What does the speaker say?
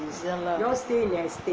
ya lah